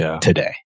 today